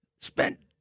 spent